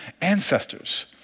ancestors